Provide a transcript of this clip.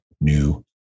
new